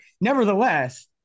nevertheless